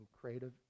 creative